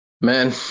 man